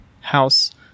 house